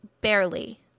barely